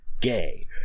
gay